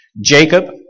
Jacob